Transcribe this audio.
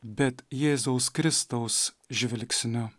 bet jėzaus kristaus žvilgsniu